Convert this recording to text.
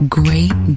great